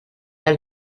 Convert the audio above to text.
del